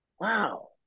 Wow